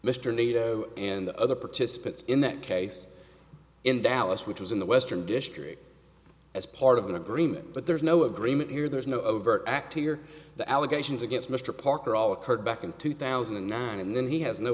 mr nader and the other participants in that case in dallas which was in the western district as part of an agreement but there's no agreement here there's no overt act here the allegations against mr parker all occurred back in two thousand and nine and then he